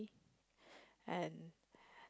and